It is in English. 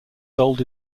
sold